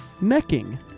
necking